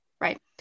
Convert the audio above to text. right